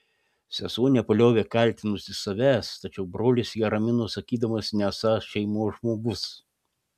sesuo nepaliovė kaltinusi savęs tačiau brolis ją ramino sakydamas nesąs šeimos žmogus